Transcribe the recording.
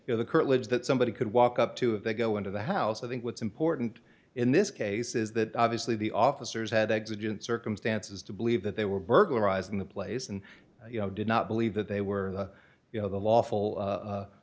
you know the courage that somebody could walk up to if they go into the house i think what's important in this case is that obviously the officers had exited circumstances to believe that they were burglarizing the place and you know did not believe that they were you know the lawful